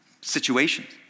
situations